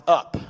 up